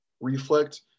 reflect